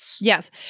Yes